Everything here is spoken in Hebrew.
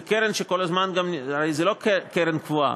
זה קרן שכל הזמן גם, הרי זו לא קרן קבועה.